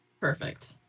perfect